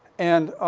and